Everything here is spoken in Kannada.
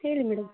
ಹೇಳಿ ಮೇಡಂ